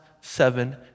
seven